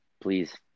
please